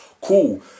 Cool